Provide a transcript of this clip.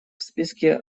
списке